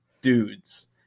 dudes